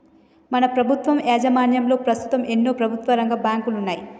మన ప్రభుత్వం యాజమాన్యంలో పస్తుతం ఎన్నో ప్రభుత్వరంగ బాంకులున్నాయి